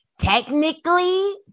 technically